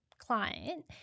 client